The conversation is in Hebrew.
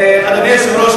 אדוני היושב-ראש,